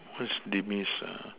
what's demise ah